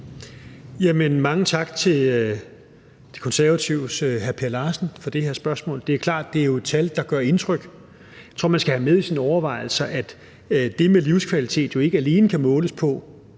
Mange tak til De Konservatives hr. Per Larsen for det her spørgsmål. Det er jo klart, at det er et tal, der gør indtryk. Jeg tror, at man skal have med i sine overvejelser, at det med livskvalitet jo ikke alene kan måles på,